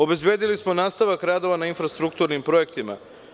Obezbedili smo nastavak radova na infrastrukturnim projektima.